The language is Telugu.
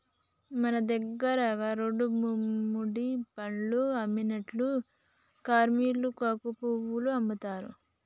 మన దగ్గర రోడ్లెమ్బడి పండ్లు అమ్మినట్లు కాశ్మీర్ల కుంకుమపువ్వు అమ్ముతారట